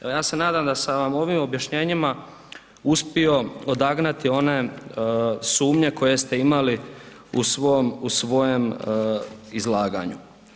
Evo ja se nadam da sam vam ovim objašnjenjima uspio odagnati one sumnje koje ste imali u svom, u svojem izlaganju.